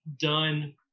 done